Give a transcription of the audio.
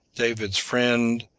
david's friend,